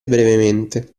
brevemente